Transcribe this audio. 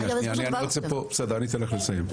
אני רוצה פה, בסדר, אני אתן לך לסיים.